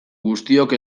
guztiok